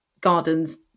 gardens